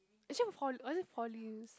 actually Holl~ was it Four Leaves